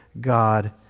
god